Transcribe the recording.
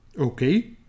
Okay